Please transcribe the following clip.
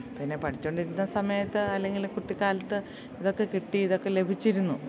പിന്നെ പഠിച്ചുകൊണ്ടിരുന്ന സമയത്ത് അല്ലെങ്കിൽ കുട്ടിക്കാലത്ത് ഇതൊക്കെ കിട്ടി ഇതൊക്കെ ലഭിച്ചിരുന്നു